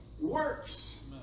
works